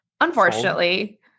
unfortunately